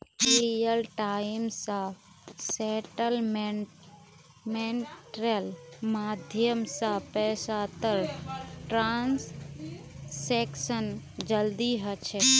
real time gross सेटलमेंटेर माध्यम स पैसातर ट्रांसैक्शन जल्दी ह छेक